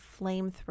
flamethrower